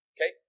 Okay